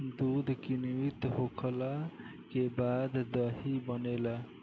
दूध किण्वित होखला के बाद दही बनेला